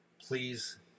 Please